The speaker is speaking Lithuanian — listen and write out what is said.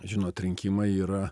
žinot rinkimai yra